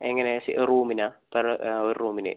എങ്ങനേ റൂമിനാ പെർ ഒരു റൂമിന്